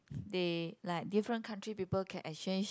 they like different country people can exchange